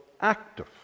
active